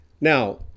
Now